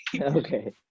okay